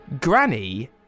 Granny